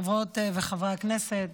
חברות וחברי הכנסת,